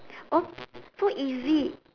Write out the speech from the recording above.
oh so easy